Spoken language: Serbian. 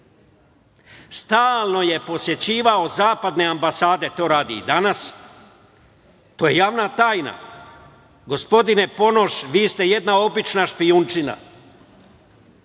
Stalno je posećivao Zapadne ambasade, to radi i danas, to je javna tajna. Gospodine Ponoš, vi ste jedna obična špijunčina.